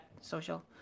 Social